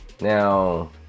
now